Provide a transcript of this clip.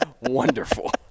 wonderful